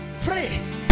Pray